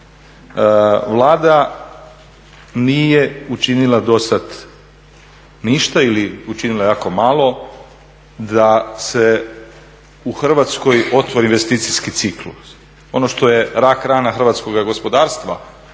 Vlada nije učinila do sad ništa ili je učinila jako malo da se u Hrvatskoj otvori investicijski ciklus. Ono što je rak rana hrvatskoga gospodarstva